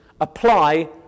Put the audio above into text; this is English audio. apply